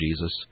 Jesus